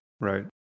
Right